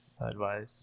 advice